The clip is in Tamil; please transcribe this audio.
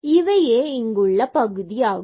இதுவே இங்குள்ள பகுதி ஆகும்